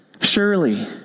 Surely